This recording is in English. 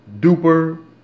duper